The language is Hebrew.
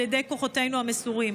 על ידי כוחותינו המסורים.